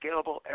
scalable